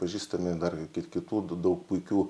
pažįstami dar kit kitų daug puikių